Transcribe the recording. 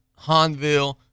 Hanville